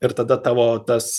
ir tada tavo tas